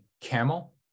camel